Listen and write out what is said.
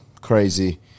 crazy